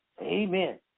Amen